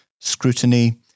scrutiny